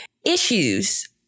issues